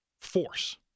Force